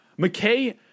McKay